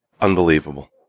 Unbelievable